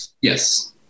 Yes